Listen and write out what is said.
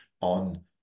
on